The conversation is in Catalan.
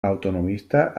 autonomista